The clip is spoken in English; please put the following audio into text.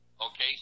Okay